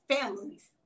families